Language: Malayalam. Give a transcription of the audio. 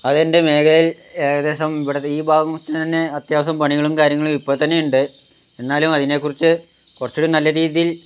അതെൻ്റെ മേഖലയിൽ ഏകദേശം ഇവിടെ ഈ ഭാഗത്തു നിന്ന് അത്യാവശ്യം പണികളും കാര്യങ്ങളും ഇപ്പോൾ തന്നെയുണ്ട് എന്നാലും അതിനെക്കുറിച്ച് കുറച്ചുകൂടി നല്ല രീതിയിൽ